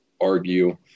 argue